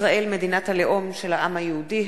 ישראל, מדינת הלאום של העם היהודי;